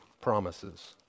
promises